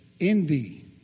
envy